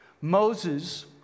Moses